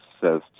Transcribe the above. says